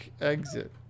Exit